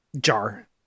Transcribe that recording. Jar